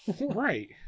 Right